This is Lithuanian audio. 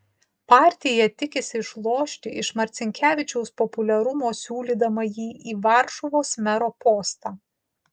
partija tikisi išlošti iš marcinkevičiaus populiarumo siūlydama jį į varšuvos mero postą